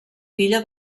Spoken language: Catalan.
filla